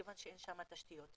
מכיוון שאין שם תשתיות.